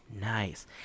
Nice